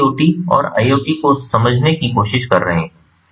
तो IIoT और IOT को समझने की कोशिश कर रहे है